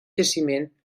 jaciment